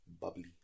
bubbly